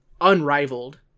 unrivaled